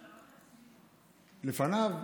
לפניו.